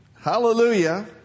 hallelujah